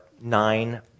nine